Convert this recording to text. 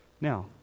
Now